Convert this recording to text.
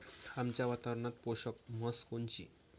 आमच्या वातावरनात पोषक म्हस कोनची?